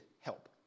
help